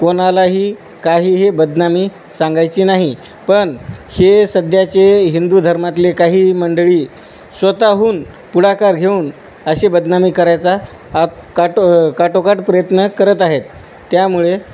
कोणालाही काहीही बदनामी सांगायची नाही पण हे सध्याचे हिंदू धर्मातले काही मंडळी स्वतःहून पुढाकार घेऊन अशी बदनामी करायचा आ काटो काटोकाट प्रयत्न करत आहेत त्यामुळे